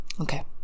Okay